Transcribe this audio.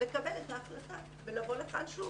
לקבל את ההחלטה ולבוא לכאן שוב.